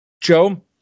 Joe